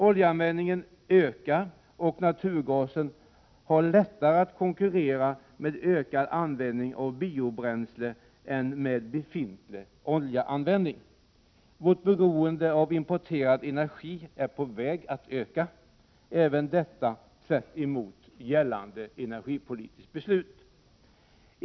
Oljeanvändningen ökar och naturgasen har lättare att konkurrera med ökad användning av biobränslen än med befintlig oljeanvändning. Vårt beroende av importerad energi är på väg att öka, även detta tvärtemot gällande energipolitiska beslut.